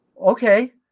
Okay